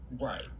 right